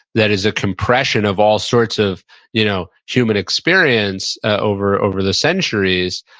that is a compression of all sorts of you know human experience over over the centuries,